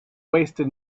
wasted